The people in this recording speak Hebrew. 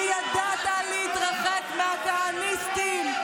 כי ידעת להתרחק מהכהניסטים,